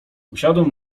usiadłem